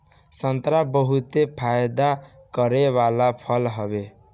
संतरा बहुते फायदा करे वाला फल हवे